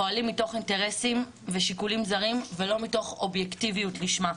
פועלים מתוך אינטרסים ושיקולים זרים ולא מתוך אובייקטיביות לשמה.